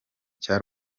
cya